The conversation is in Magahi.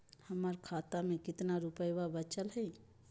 हमर खतवा मे कितना रूपयवा बचल हई?